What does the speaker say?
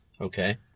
Okay